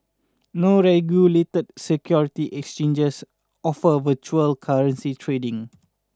no regulated security exchanges offer virtual currency trading